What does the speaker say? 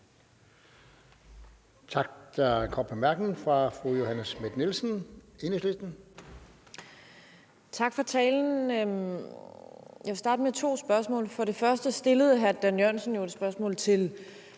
Tak for talen. Jeg vil starte med to spørgsmål. For det første stillede hr. Dan Jørgensen jo et spørgsmål til